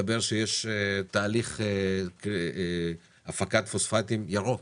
מסתבר שיש תהליך של הפקת פוספטים ירוק